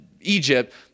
Egypt